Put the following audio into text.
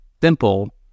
simple